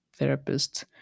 therapists